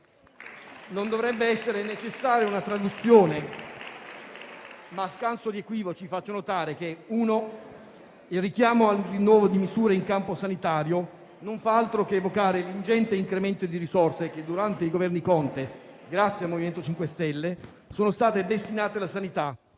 Non dovrebbe essere necessaria una traduzione, ma a scanso di equivoci faccio notare che, in primo luogo, il richiamo al rinnovo di misure in campo sanitario non fa altro che evocare l'ingente incremento di risorse che, durante i Governi Conte, grazie al Movimento 5 Stelle, sono state destinate alla sanità,